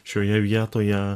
šioje vietoje